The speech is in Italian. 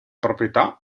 proprietà